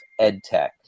EdTech